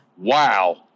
Wow